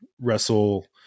wrestle